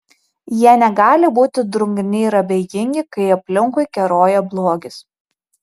jie negali būti drungni ir abejingi kai aplinkui keroja blogis